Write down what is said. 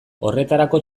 horretarako